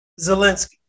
Zelensky